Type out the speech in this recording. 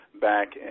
back